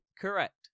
Correct